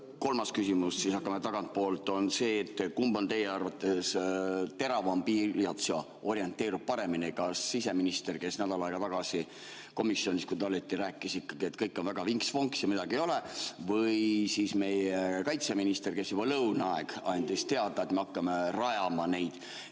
Kolmas küsimus siis, hakkame tagantpoolt, on see, et kumb on teie arvates teravam pliiats ja orienteerub paremini – kas siseminister, kes nädal aega tagasi, kui ta oli komisjonis, rääkis, et kõik on väga vinks-vonks ja midagi ei ole [viga], või siis meie kaitseminister, kes juba lõuna aeg andis teada, et me hakkame rajama neid